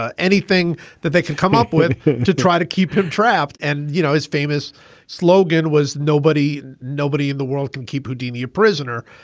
ah anything that they can come up with to try to keep him trapped. and, you know, his famous slogan was nobody, nobody in the world can keep houdini a prisoner.